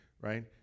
right